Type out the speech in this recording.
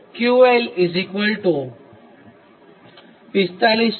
તેથી tan 𝜑0